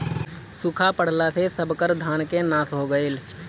सुखा पड़ला से सबकर धान के नाश हो गईल